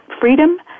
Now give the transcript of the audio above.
freedom